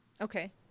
Okay